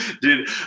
Dude